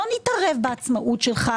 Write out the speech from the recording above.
לא נתערב בעצמאות שלך,